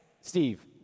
Steve